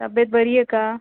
तब्येत बरी आहे का